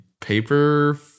paper